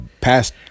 past